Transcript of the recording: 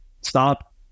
Stop